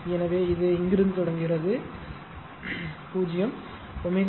எனவே இது இங்கிருந்து தொடங்குகிறது 0